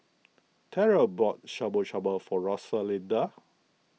Terrell bought Shabu Shabu for Rosalinda